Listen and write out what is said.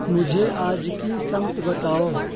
مجھے آج کی سمت بتاؤ